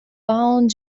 aunt